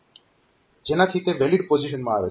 જેનાથી તે વેલીડ પોઝીશનમાં આવે છે